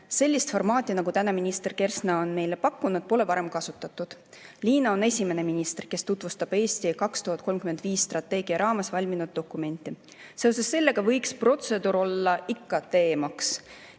Sellist formaati, nagu täna minister Kersna on meile pakkunud, pole varem kasutatud. Liina on esimene minister, kes tutvustab "Eesti 2035" strateegia raames valminud dokumenti. Seoses sellega võiks protseduur olla ikka teemaks.